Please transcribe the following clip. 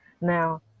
now